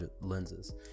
lenses